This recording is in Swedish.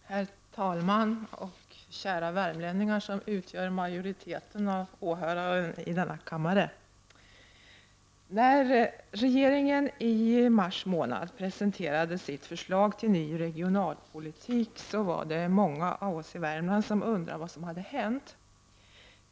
Herr talman, och kära värmlänningar som utgör majoriteten av åhörarna i denna kammare just nu! När regeringen i mars månad presenterade sitt förslag till ny regionalpolitik var det många av oss i Värmland som undrade vad som hade hänt.